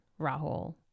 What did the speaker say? rahul